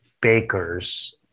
bakers